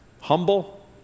humble